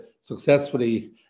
successfully